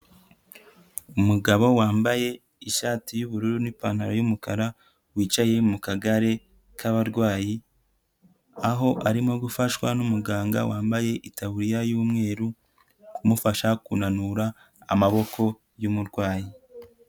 Umugabo wambaye ishati y'ubururu n'ipantaro y'umukara wicaye mu kagare k'abarwayi aho arimo gufashwa n'umuganga wambaye itaburiya y'umweru kumufasha kunanura amaboko y'umurwayi.